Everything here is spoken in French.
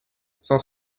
cent